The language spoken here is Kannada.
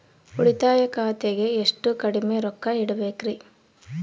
ಉಳಿತಾಯ ಖಾತೆಗೆ ಎಷ್ಟು ಕಡಿಮೆ ರೊಕ್ಕ ಇಡಬೇಕರಿ?